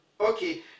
Okay